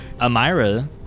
Amira